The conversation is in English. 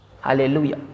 Hallelujah